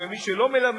ומי שלא מלמד